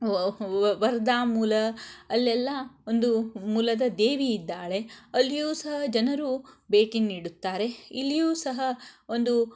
ವರ್ಧಾ ಮೂಲ ಅಲ್ಲೆಲ್ಲಾ ಒಂದು ಮೂಲದ ದೇವಿ ಇದ್ದಾಳೆ ಅಲ್ಲಿಯೂ ಸಹ ಜನರು ಭೇಟಿ ನೀಡುತ್ತಾರೆ ಇಲ್ಲಿಯೂ ಸಹ ಒಂದು